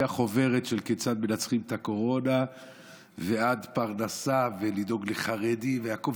מהחוברת של כיצד מנצחים את הקורונה ועד פרנסה ולדאוג לחרדים והכול.